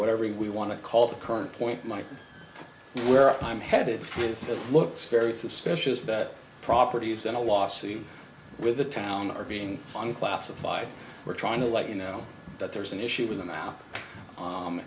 whatever we want to call the current point my where i'm headed for this it looks very suspicious that property is in a lawsuit with a town or being on classified we're trying to let you know that there's an issue with a map